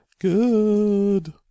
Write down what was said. Good